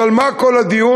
אז על מה כל הדיון?